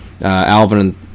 Alvin